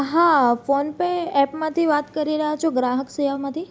હા ફોનપે એપમાંથી વાત કરી રહ્યા છો ગ્રાહક સેવામાંથી